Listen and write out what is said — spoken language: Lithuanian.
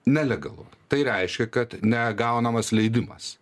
nelegalu tai reiškia kad negaunamas leidimas